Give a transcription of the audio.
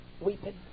weeping